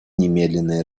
немедленное